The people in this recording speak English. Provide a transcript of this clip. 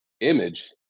image